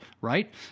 right